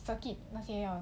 circuit 那些 hor